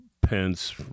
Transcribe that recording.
Pence